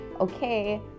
okay